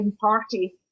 party